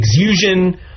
exusion